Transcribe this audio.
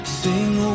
sing